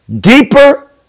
deeper